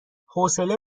حوصله